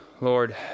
Lord